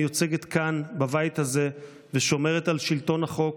המיוצגת כאן בבית הזה ושומרת על שלטון החוק,